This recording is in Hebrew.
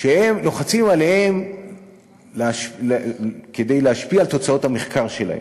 לוחצים עליהם כדי להשפיע על תוצאות המחקר שלהם.